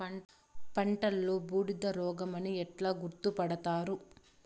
పంటలో బూడిద రోగమని ఎలా గుర్తుపడతారు?